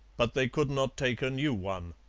but they could not take a new one.